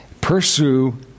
pursue